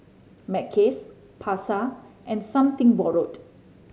Mackays Pasar and Something Borrowed